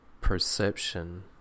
perception